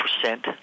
percent